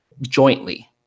jointly